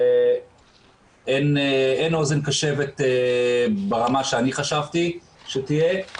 אין אוזן קשבת ברמה שאני חשבתי שתהיה,